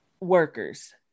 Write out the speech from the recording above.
workers